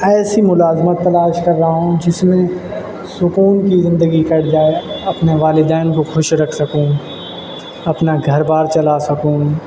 ایسی ملازمت تلاش کر رہا ہوں جس میں سکون کی زندگی کٹ جائے اپنے والدین کو خوش رکھ سکوں اپنا گھر بار چلا سکوں